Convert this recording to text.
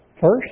first